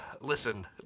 listen